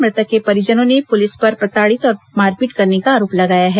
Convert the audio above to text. मृतक के परिजनों ने पुलिस पर प्रताड़ित और मारपीट करने का आरोप लगाया है